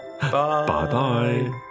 Bye-bye